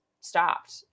stopped